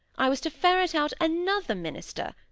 i was to ferret out another minister,